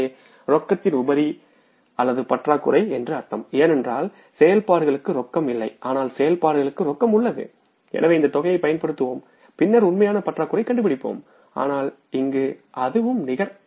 எனவே ரொக்கத்தின் உபரி பற்றாக்குறை என்று அர்த்தம் ஏனென்றால் செயல்பாடுகளுக்கு ரொக்கம் இல்லை ஆனால் செயல்பாடுகளுக்கு ரொக்கம் உள்ளது எனவே இந்த தொகையைப் பயன்படுத்துவோம் பின்னர் உண்மையான பற்றாக்குறையை கண்டுபிடிப்போம் ஆனால் இங்கு அதுவும் நிகர்